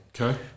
Okay